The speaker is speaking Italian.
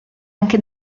anche